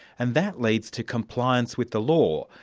and that leads to compliance with the law,